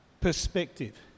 perspective